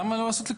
למה לא לעשות,